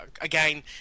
again